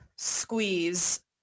squeeze